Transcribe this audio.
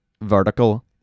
vertical